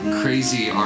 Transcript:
crazy